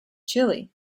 chili